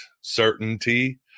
certainty